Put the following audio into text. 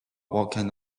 walking